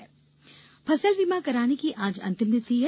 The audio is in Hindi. फसल बीमा फसल बीमा कराने की आज अंतिम तिथि है